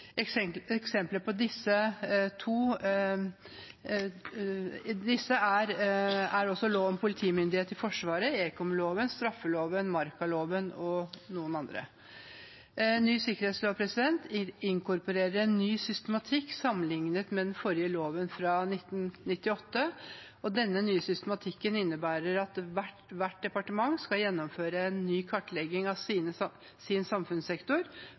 korrekte. Eksempler på disse er lov om politimyndighet i forsvaret, ekomloven, straffeloven, markaloven og noen andre. Ny sikkerhetslov inkorporerer en ny systematikk sammenliknet med den forrige loven fra 1998. Denne nye systematikken innebærer at hvert departement skal gjennomføre ny kartlegging av sin samfunnssektor